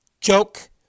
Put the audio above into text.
joke